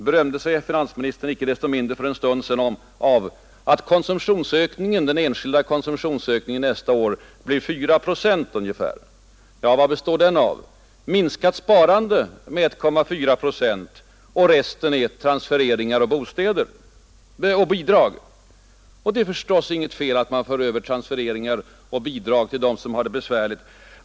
Icke desto mindre berömde sig finansministern för en stund sedan av att den enskilda konsumtionsökningen nästa år blir ungefär 4 procent. Ja, vad består den av? Minskat sparande med 1,4 procent, och resten är transfereringar och bidrag. Det är förstås inget fel att man för över inkomster och bidrag till dem som har det besvärligt.